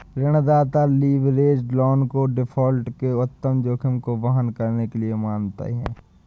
ऋणदाता leverage loan को default के उच्च जोखिम को वहन करने के लिए मानते हैं